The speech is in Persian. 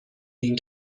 این